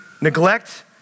neglect